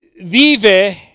vive